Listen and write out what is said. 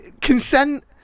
consent